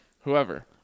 whoever